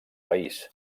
país